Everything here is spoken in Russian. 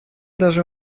даже